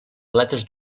aletes